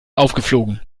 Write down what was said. aufgeflogen